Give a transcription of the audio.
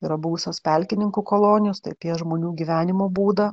yra buvusios pelkininkų kolonijos tai apie žmonių gyvenimo būdą